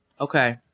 Okay